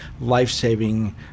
life-saving